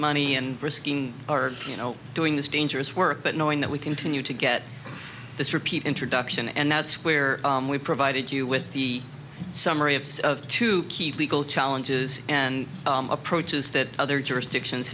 money and risking our you know doing this dangerous work but knowing that we continue to get this repeat introduction and that's where we provided you with the summary of sort of to keep legal challenges and approaches that other jurisdictions